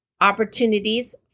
opportunities